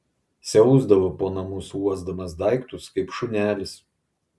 siausdavo po namus uosdamas daiktus kaip šunelis